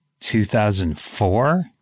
2004